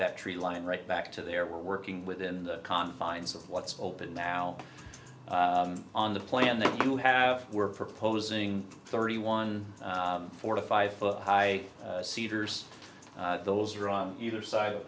that tree line right back to there we're working within the confines of what's open now on the plan that you have we're proposing thirty one forty five foot high cedars those are on either side of the